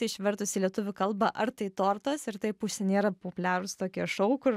išvertus į lietuvių kalbą ar tai tortas ir taip užsienyje yra populiarūs tokie šou kur